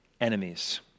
enemies